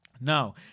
Now